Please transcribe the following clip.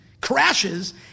crashes